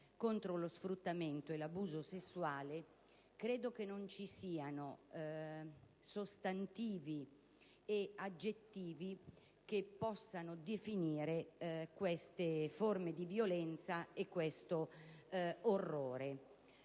contro lo sfruttamento e l'abuso sessuale, non vi sono sostantivi e aggettivi che possano definire queste forme di violenza e questo orrore.